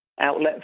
outlet